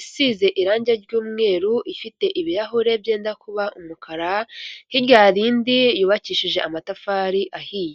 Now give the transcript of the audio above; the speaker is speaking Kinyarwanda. isize irangi ry'umweru ifite ibirahure byenda kuba umukara hiryari indi yubakishije amatafari ahiye.